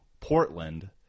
Portland